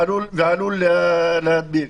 ועלול להדביק.